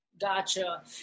Gotcha